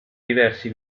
diversi